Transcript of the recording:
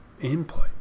input